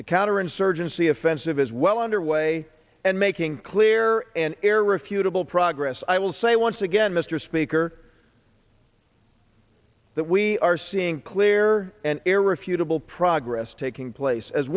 the counterinsurgency offensive is well underway and making clear an air refutable progress i will say once again mr speaker that we are seeing clear and irrefutable progress taking place as